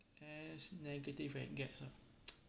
there's negative and gets